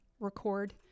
record